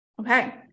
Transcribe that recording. Okay